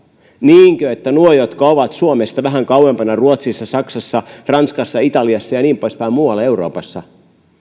niinkö että niiden jotka ovat suomesta vähän kauempana ruotsissa saksassa ranskassa ja italiassa ja niin pois päin muualla euroopassa